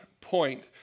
point